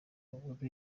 umuntu